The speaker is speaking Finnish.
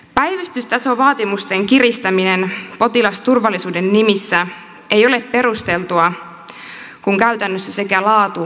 päivystystasovaatimusten kiristäminen potilasturvallisuuden nimissä ei ole perusteltua kun käytännössä sekä laatu että turvallisuus kärsivät